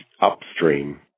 upstream